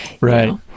Right